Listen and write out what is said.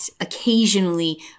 occasionally